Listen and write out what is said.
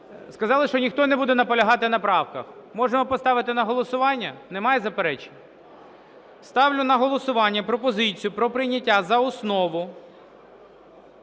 Сказали, що ніхто не буде наполягати на правках, можемо поставити на голосування. Немає заперечень? Ставлю на голосування пропозицію про прийняття за основу...